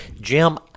Jim